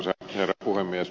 arvoisa herra puhemies